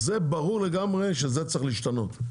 זה ברור לגמרי שזה צריך להשתנות.